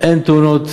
אין תאונות